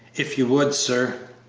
if you would, sir.